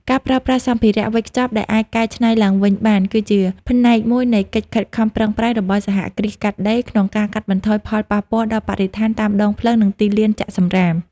ការប្រើប្រាស់សម្ភារៈវេចខ្ចប់ដែលអាចកែច្នៃឡើងវិញបាន គឺជាផ្នែកមួយនៃកិច្ចខិតខំប្រឹងប្រែងរបស់សហគ្រាសកាត់ដេរ ក្នុងការកាត់បន្ថយផលប៉ះពាល់ដល់បរិស្ថានតាមដងផ្លូវ និងទីលានចាក់សំរាម។